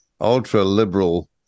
ultra-liberal